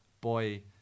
boy